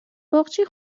باغچه